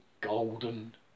golden